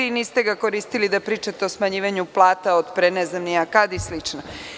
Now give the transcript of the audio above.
Niste ga koristili da pričate o smanjenju plata od pre ne znam ni ja kad i slično.